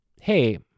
hey